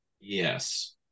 yes